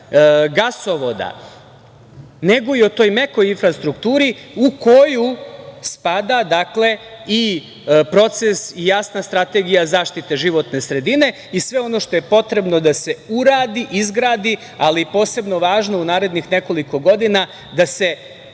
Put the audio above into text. gasovoda, nego i o toj mekoj infrastrukturi, u koju spada i proces i jasna strategija zaštite životne sredine i sve ono što je potrebno da se uradi, izgradi. Ali posebno važno u narednih nekoliko godina je da se